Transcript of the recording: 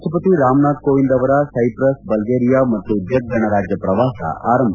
ರಾಷ್ಟಪತಿ ರಾಮನಾಥ್ ಕೋವಿಂದ್ ಅವರ Cyprus Bulgaria ಮತ್ತು ಜೆಕ್ ಗಣರಾಜ್ಯ ಪ್ರವಾಸ ಆರಂಭ